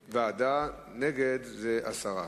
בוועדה, נגד זה הסרה.